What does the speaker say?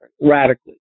radically